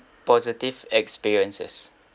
positive experiences